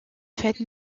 fête